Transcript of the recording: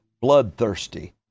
bloodthirsty